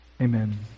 amen